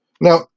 Now